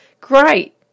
great